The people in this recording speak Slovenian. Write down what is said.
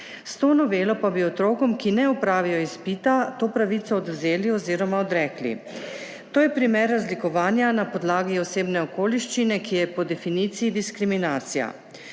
S to novelo pa bi otrokom, ki ne opravijo izpita, to pravico odvzeli oziroma odrekli. To je primer razlikovanja na podlagi osebne okoliščine, ki je po definiciji diskriminacija.